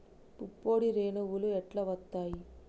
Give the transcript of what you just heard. పుప్పొడి రేణువులు ఎట్లా వత్తయ్?